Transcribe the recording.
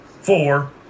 Four